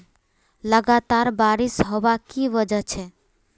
लगातार बारिश होबार की वजह छे?